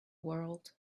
world